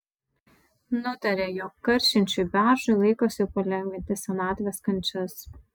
nutarė jog karšinčiui beržui laikas jau palengvinti senatvės kančias